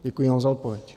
Děkuji vám za odpověď.